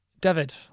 David